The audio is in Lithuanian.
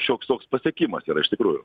šioks toks pasiekimas yra iš tikrųjų